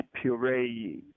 puree